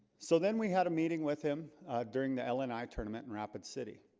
so then we had a meeting with him during the lni tournament in rapid city,